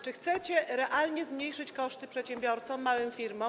Czy chcecie realnie zmniejszyć koszty przedsiębiorcom, małym firmom?